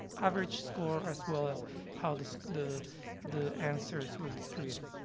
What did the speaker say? average score, as well as how the the the answers were distributed.